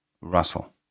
Russell